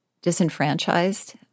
Disenfranchised